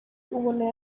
ubona